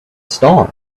star